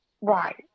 right